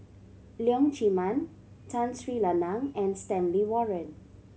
Leong Chee Mun Tun Sri Lanang and Stanley Warren